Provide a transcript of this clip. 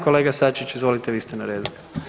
Kolega Sačić, izvolite vi ste na redu.